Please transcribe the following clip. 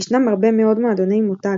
ישנם הרבה מאוד "מועדוני מותג",